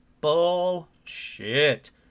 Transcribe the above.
Bullshit